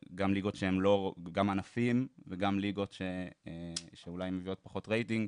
גם ענפים וגם ליגות שאולי מביאות פחות רייטינג,